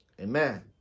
Amen